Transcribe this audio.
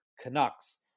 Canucks